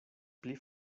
pli